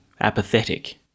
apathetic